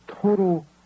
total